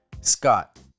Scott